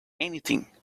anything